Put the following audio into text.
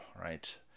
right